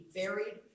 varied